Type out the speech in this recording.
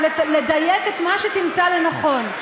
לדייק את מה שתמצא לנכון.